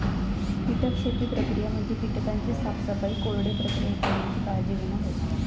कीटक शेती प्रक्रिया म्हणजे कीटकांची साफसफाई, कोरडे प्रक्रिया इत्यादीची काळजी घेणा होय